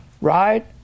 right